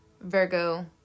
Virgo